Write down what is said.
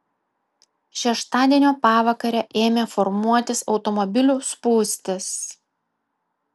šeštadienio pavakarę ėmė formuotis automobilių spūstys